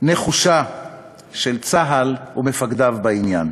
נחושה של צה"ל ומפקדיו בעניין.